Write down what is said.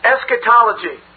Eschatology